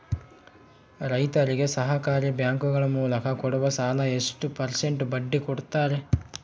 ರೈತರಿಗೆ ಸಹಕಾರಿ ಬ್ಯಾಂಕುಗಳ ಮೂಲಕ ಕೊಡುವ ಸಾಲ ಎಷ್ಟು ಪರ್ಸೆಂಟ್ ಬಡ್ಡಿ ಕೊಡುತ್ತಾರೆ?